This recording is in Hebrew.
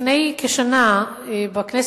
לפני כשנה הוקמה,